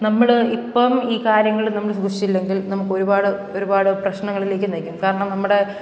നമ്മൾ ഇപ്പം ഈ കാര്യങ്ങൾ നമ്മൾ സൂക്ഷിച്ചില്ലെങ്കിൽ നമുക്കൊരുപാട് ഒരുപാട് പ്രശ്നങ്ങളിലേക്കു നയിക്കും കാരണം നമ്മുടെ